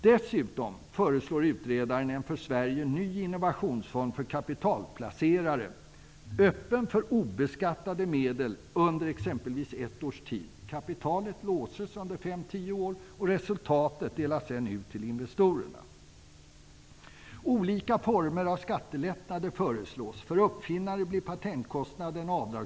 Dessutom föreslår utredaren en för Sverige ny innovationsfond för kapitalplacerare -- öppen för obeskattade medel under exempelvis ett års tid. Kapitalet låses under fem tio år, och resultatet delas sedan ut till investerarna. Olika former av skattelättnader föreslås.